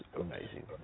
amazing